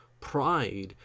pride